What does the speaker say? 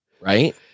right